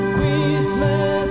Christmas